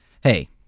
hey